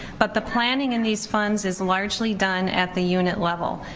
but the planning in these funds is largely done at the unit level.